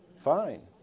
Fine